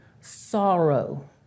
sorrow